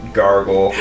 gargle